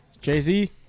Jay-Z